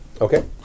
Okay